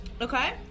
Okay